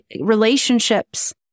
relationships